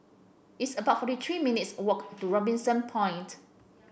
it's about forty three minutes' walk to Robinson Point